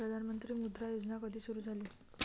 प्रधानमंत्री मुद्रा योजना कधी सुरू झाली?